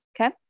okay